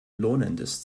lohnendes